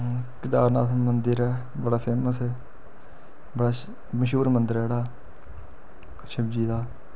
केदारनाथ मंदिर ऐ बड़ा फेमस बड़ा मश्हूर मंदर ऐ जेह्ड़ा शिवजी दा